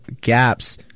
gaps